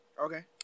Okay